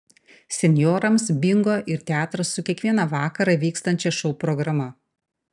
senjorams bingo ir teatras su kiekvieną vakarą vykstančia šou programa